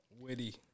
Witty